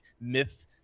myth